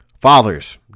Fathers